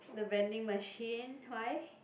the vending machine why